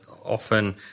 often